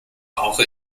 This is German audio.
brauche